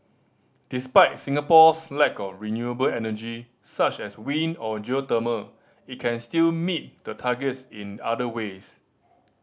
despite Singapore's lack of renewable energy such as wind or geothermal it can still meet the targets in other ways